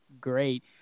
great